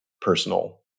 personal